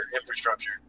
infrastructure